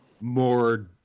more